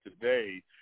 today